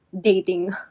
dating